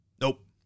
Nope